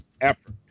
effort